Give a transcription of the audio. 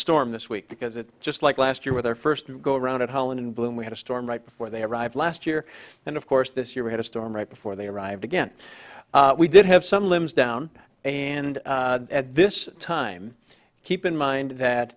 storm this week because it just like last year with our first go around it holland in bloom we had a storm right before they arrived last year and of course this year we had a storm right before they arrived again we did have some limbs down and at this time keep in mind that